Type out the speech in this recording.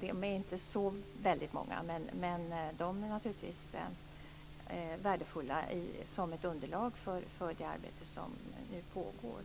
De är inte så väldigt många, men de är naturligtvis värdefulla som ett underlag för det arbete som nu pågår.